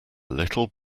little